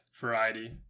variety